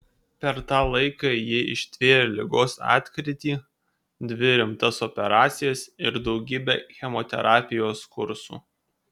per tą laiką ji ištvėrė ligos atkrytį dvi rimtas operacijas ir daugybę chemoterapijos kursų